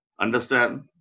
Understand